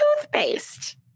toothpaste